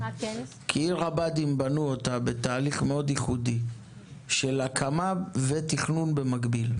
כי את עיר הבה"דים בנו בתהליך ייחודי מאוד של הקמה ותכנון במקביל,